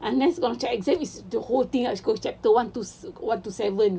unless kalau macam exam is the whole thing whole chapter one to one to seven